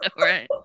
Right